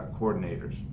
coordinators